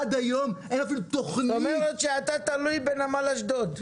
עד היום אין אפילו תוכנית --- זאת אומרת שאתה תלוי בנמל אשדוד.